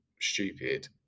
stupid